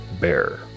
bear